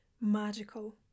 magical